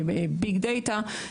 ביג דאטה,